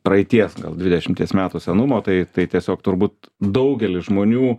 praeities gal dvidešimties metų senumo tai tai tiesiog turbūt daugelį žmonių